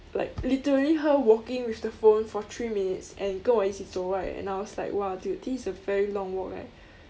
like literally her walking with the phone for three minutes and 跟我一起走 right and I was like !wah! dude this is a very long walk eh